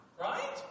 Right